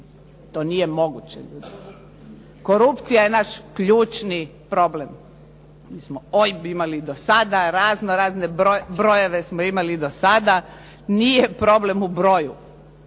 To nije moguće. Korupcija je naš ključni problem. Mi smo OIB imali i do sada, raznorazne brojeve smo imali do sada. Nije problem u broju.